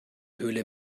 höhle